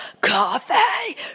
Coffee